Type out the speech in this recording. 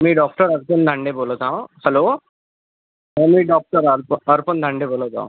मी doctor Arpan Dande बोलत आहोत hello मी डॉक्टर अर्प अर्पन दांडे बोलत आहोत